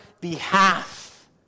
behalf